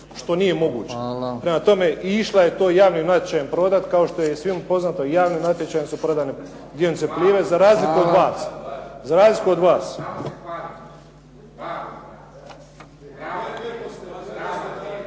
što nije moguće. Prema tome i išla je to javnim natječajem prodat, kao što je svima poznato javnim natječajem su prodane dionice Plive za razliku od vas,